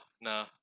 No